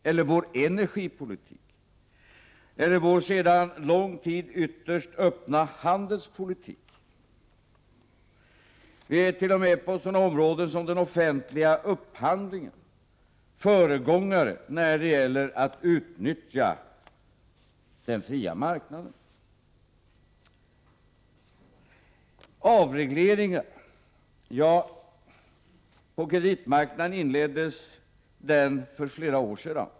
Vad är vår energipolitik eller vår sedan lång tid ytterst öppna handelspolitik? Vi är t.o.m. på sådana områden som den offentliga upphandlingen föregångare när det gäller att utnyttja den fria marknaden. Avregleringen på kreditmarknaden inleddes för flera år sedan.